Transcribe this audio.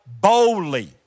boldly